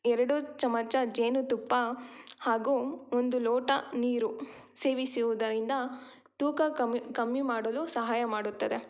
ಎರಡು ಚಮಚ ಜೇನುತುಪ್ಪ ಹಾಗು ಒಂದು ಲೋಟ ನೀರು ಸೇವಿಸುವುದರಿಂದ ತೂಕ ಕಮ್ಮಿ ಕಮ್ಮಿ ಮಾಡಲು ಸಹಾಯ ಮಾಡುತ್ತದೆ